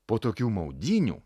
po tokių maudynių